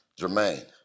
Jermaine